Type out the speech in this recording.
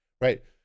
right